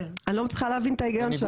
אני לא מצליחה להבין את ההיגיון שלכם.